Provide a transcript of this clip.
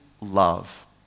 love